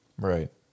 Right